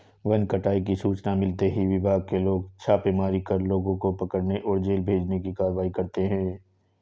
one कटाई की सूचना मिलते ही विभाग के लोग छापेमारी कर लोगों को पकड़े और जेल भेजने की कारवाई करते है